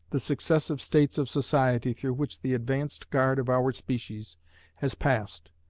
the successive states of society through which the advanced guard of our species has passed,